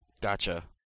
Gotcha